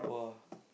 !wah!